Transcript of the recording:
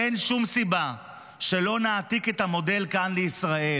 אין שום סיבה שלא נעתיק את המודל כאן לישראל,